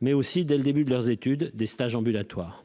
mais aussi, dès le début de leurs études, dans le cadre de stages ambulatoires.